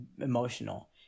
emotional